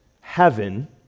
heaven